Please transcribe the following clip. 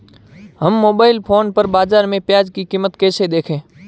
हम mobile phone पर बाज़ार में प्याज़ की कीमत कैसे देखें?